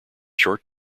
short